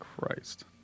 Christ